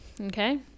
okay